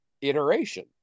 iteration